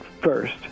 first